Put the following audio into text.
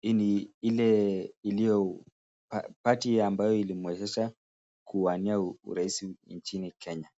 Hii ni ile party ambayo ilimuwezesha kuwania urais nchini Kenya